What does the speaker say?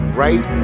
right